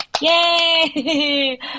Yay